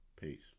Peace